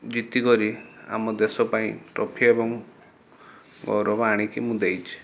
ଜିତିକରି ଆମ ଦେଶ ପାଇଁ ଟ୍ରଫି ଏବଂ ଗୌରବ ଆଣିକି ମୁଁ ଦେଇଛି